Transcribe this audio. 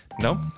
No